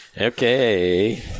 Okay